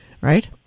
right